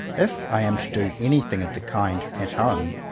if i am to do anything of the kind at home,